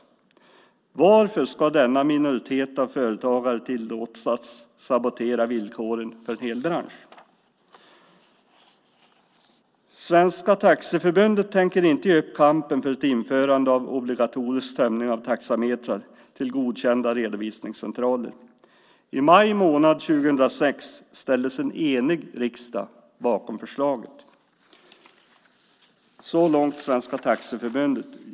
Varför ska denna minoritet av företagare tillåtas sabotera villkoren för en hel bransch? - Svenska Taxiförbundet tänker inte ge upp kampen för ett införande av obligatorisk tömning av taxametrar till godkända redovisningscentraler. I maj månad 2006 ställde sig en enig riksdag bakom förslaget." Så långt Svenska Taxiförbundet.